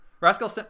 Rascal